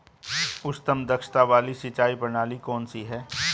उच्चतम दक्षता वाली सिंचाई प्रणाली कौन सी है?